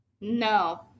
No